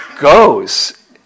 goes